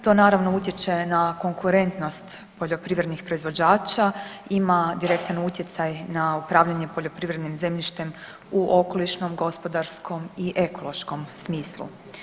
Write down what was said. To naravno utječe na konkurentnosti poljoprivrednih proizvođača, ima direktan utjecaj na upravljanje poljoprivrednim zemljištem u okolišnom, gospodarskom i ekološkom smislu.